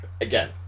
Again